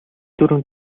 дүрэм